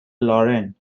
lauren